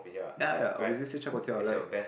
ya ya obviously still chao guo tiao like